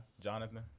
Jonathan